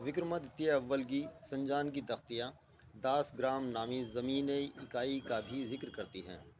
وکرمادتیہ اول کی سنجان کی تختیاں داس گرام نامی زمینی اکائی کا بھی ذکر کرتی ہیں